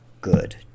good